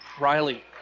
Riley